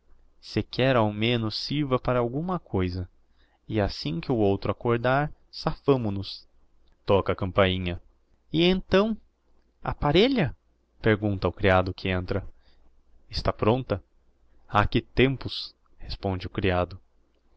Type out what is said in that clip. sequer ao menos sirva para alguma coisa e assim que o outro accordar safamo nos toca a campainha e então a parêlha pergunta ao creado que entra está prompta ha que tempos responde o criado